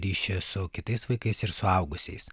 ryšį su kitais vaikais ir suaugusiais